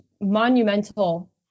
monumental